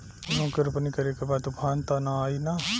गेहूं के रोपनी करे के बा तूफान त ना आई न?